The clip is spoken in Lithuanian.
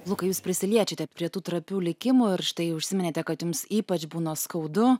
lukai jūs prisiliečiate prie tų trapių likimų ir štai užsiminėte kad jums ypač būna skaudu